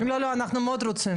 לא, לא, אנחנו מאוד רוצים.